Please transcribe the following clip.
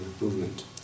movement